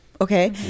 Okay